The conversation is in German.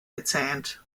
gezähnt